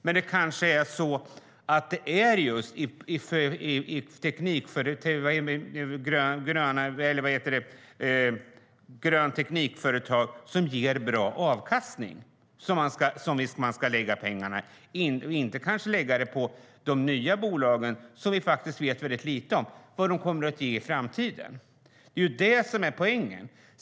Men det kanske är just grön-teknik-företag som ger bra avkastning som man ska lägga pengarna på, i stället för att lägga dem på nya bolag när vi vet väldigt lite om vad de kommer att ge i framtiden. Det är ju det som är poängen.